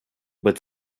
but